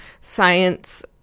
science